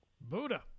Buddha